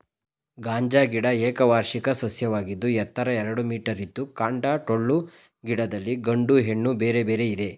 ಗಾಂಜಾ ಗಿಡ ಏಕವಾರ್ಷಿಕ ಸಸ್ಯವಾಗಿದ್ದು ಎತ್ತರ ಎರಡು ಮೀಟರಿದ್ದು ಕಾಂಡ ಟೊಳ್ಳು ಗಿಡದಲ್ಲಿ ಗಂಡು ಹೆಣ್ಣು ಬೇರೆ ಬೇರೆ ಇದೆ